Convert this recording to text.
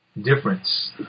difference